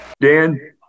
Dan